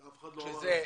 אף אחד לא אמר את זה.